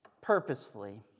purposefully